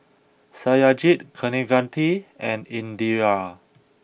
Satyajit Kaneganti and Indira